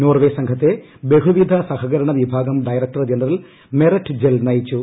Norway സംഘത്തെ ബഹുവിധ സഹകരണ വീഭാഗം ഡയറക്ടർ ജനറൽ മെററ്റ് ജെൽ നയിച്ചു